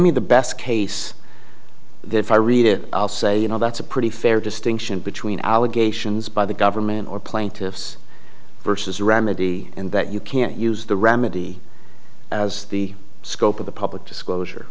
me the best case this i read it i'll say you know that's a pretty fair distinction between allegations by the government or plaintiffs versus a remedy and that you can't use the remedy as the scope of the public disclosure